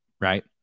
right